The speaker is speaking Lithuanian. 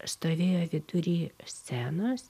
stovėjo vidury scenos